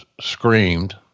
screamed